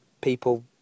people